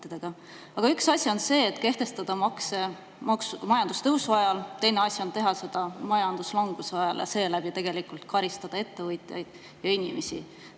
Aga üks asi on kehtestada makse majandustõusu ajal, teine asi on teha seda majanduslanguse ajal ja seeläbi tegelikult karistada ettevõtjaid ja inimesi.